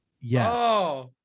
Yes